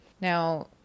now